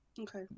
okay